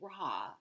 raw